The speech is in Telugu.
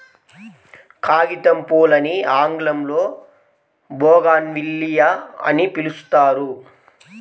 కాగితంపూలని ఆంగ్లంలో బోగాన్విల్లియ అని పిలుస్తారు